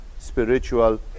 spiritual